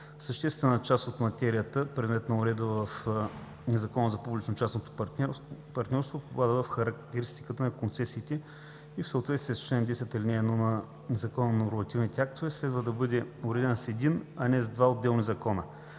Съществена част от материята, предмет на уредба със Закона за публично-частното партньорство, попада в характеристиките на концесиите и в съответствие с чл. 10, ал. 1 от Закона за нормативните актове, следва да бъде уредена с един, а не с два отделни закона.